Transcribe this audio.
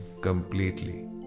completely